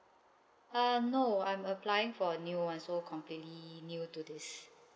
uh no I'm applying for a new one so completely new to this